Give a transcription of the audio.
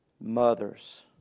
Mothers